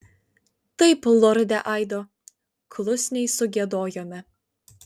taip lorde aido klusniai sugiedojome